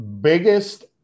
biggest